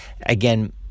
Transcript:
Again